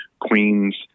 Queens